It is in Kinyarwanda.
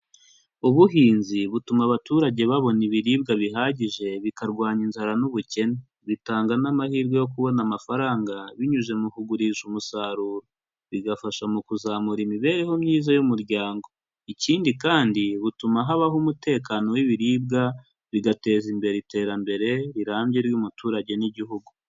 Ubuhinzi butuma abaturage babona ibiribwa bihagije bikarwanya inzara n'ubukene, bitanga n'amahirwe yo kubona amafaranga binyuze mu kugurisha umusaruro, bigafasha mu kuzamura imibereho myiza y'umuryango, ikindi kandi butuma habaho umutekano w'ibiribwa bigateza imbere iterambere rirambye ry'umuturage n'igihugu.